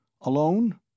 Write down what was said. Alone